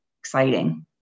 exciting